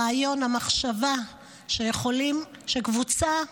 הרעיון, המחשבה שקבוצה מכובדת,